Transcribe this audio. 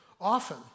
Often